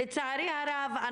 לצערי הרב,